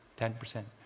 ten percent.